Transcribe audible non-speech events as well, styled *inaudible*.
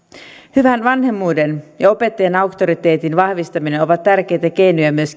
hyvän vanhemmuuden ja opettajien auktoriteetin vahvistaminen ovat tärkeitä keinoja myös *unintelligible*